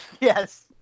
Yes